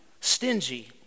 stingy